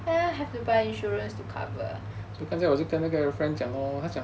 have to buy insurance to cover